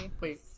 Wait